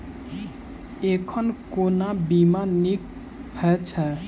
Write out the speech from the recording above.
एखन कोना बीमा नीक हएत छै?